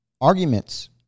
Arguments